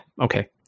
okay